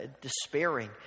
despairing